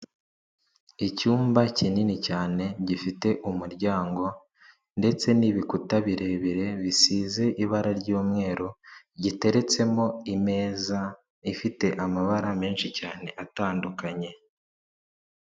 Icyumba kinini cyane gifite umuryango, ndetse n'ibikuta birebire bisize ibara ry'umweru, giteretsemo imeza ifite amabara menshi cyane atandukanye.